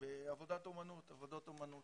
לפני יומיים בעבודות אומנות.